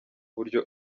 buryo